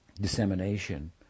dissemination